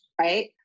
Right